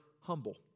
humble